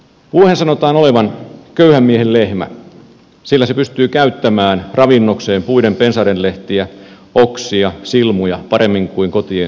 vuohen sanotaan olevan köyhän miehen lehmä sillä se pystyy käyttämään ravinnokseen puiden pensaiden lehtiä oksia silmuja paremmin kuin muut kotieläimet